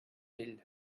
ell